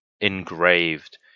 engraved